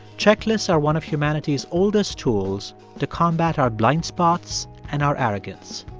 checklists are one of humanity's oldest tools to combat our blindspots and our arrogance.